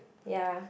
ya